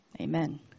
amen